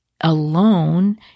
alone